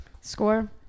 Score